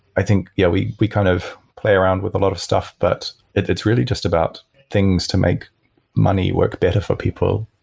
i think yeah we we kind of play around with a lot of stuff, but it's really just about things to make money work better for people,